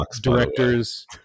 directors